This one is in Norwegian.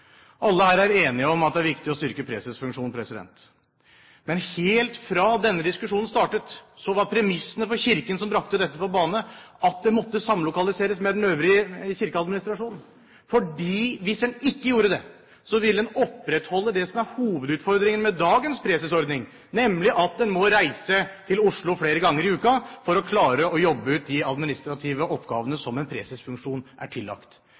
Alle her er enige om at det er viktig å styrke presesfunksjonen, men helt fra denne diskusjonen startet, var premissene for Kirken, som brakte dette på bane, at det måtte samlokaliseres med den øvrige kirkeadministrasjonen, for hvis en ikke gjorde det, ville en opprettholde det som er hovedutfordringen med dagens presesordning, nemlig at en må reise til Oslo flere ganger i uken for å klare å jobbe ut de administrative oppgavene som en presesfunksjon er tillagt.